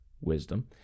wisdom